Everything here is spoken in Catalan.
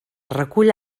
recull